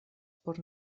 por